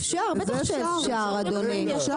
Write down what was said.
אפשר בטח שאפשר אדוני.